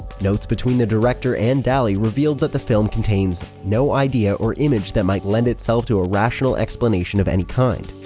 notes between the director and dali revealed that the film contains no idea or image that might lend itself to a rational explanation of any kind,